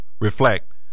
reflect